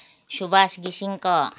Subhash घिसिङको